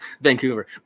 Vancouver